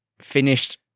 finished